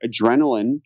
adrenaline